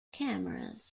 cameras